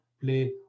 play